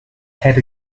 head